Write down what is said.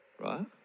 right